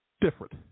different